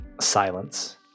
silence